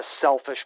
selfish